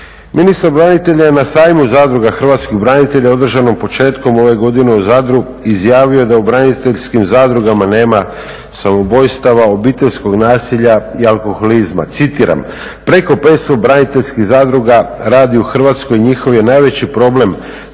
Ministar branitelja je na Sajmu zadruga hrvatskih branitelja održanom početkom ove godine u Zadru izjavio da u braniteljskim zadrugama nema samoubojstava, obiteljskog nasilja i alkoholizma. Citiram, preko 500 braniteljskih zadruga radi u Hrvatskoj i njihov je najveći problem